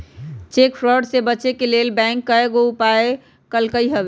cheque fraud से बचे के लेल बैंकों कयगो उपाय कलकइ हबे